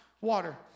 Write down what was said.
water